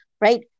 right